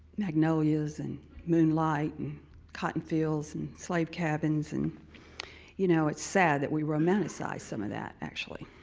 magnolias and moonlight and cotton fields and slave cabins and you know it's sad that we romanticize some of that, actually.